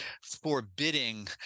forbidding